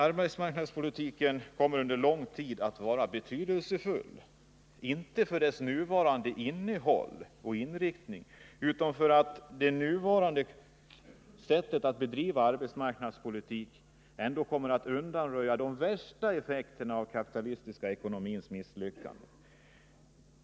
Arbetsmarknadspolitiken kommer under lång tid att vara betydelsefull — inte på grund av sitt nuvarande innehåll och sin inriktning, utan därför att det nuvarande sättet att bedriva arbetsmarknadspolitik ändå kommer att undanröja de värsta effekterna av den kapitalistiska ekonomins misslyckanden.